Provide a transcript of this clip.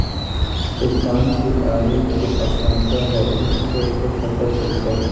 तुफान के आबे के आशंका है इस कैसे पता चलतै?